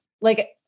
Like-